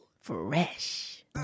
Fresh